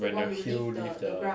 when your heel leave the